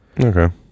okay